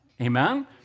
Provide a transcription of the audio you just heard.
Amen